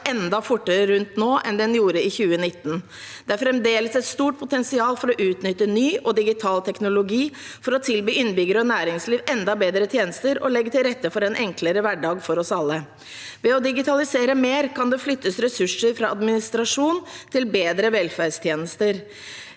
enda fortere rundt nå enn den gjorde i 2019. Det er fremdeles et stort potensial for å utnytte ny og digital teknologi for å tilby innbyggere og næringsliv enda bedre tjenester og legge til rette for en enklere hverdag for oss alle. Ved å digitalisere mer kan det flyttes ressurser fra administrasjon til bedre velferdstjenester.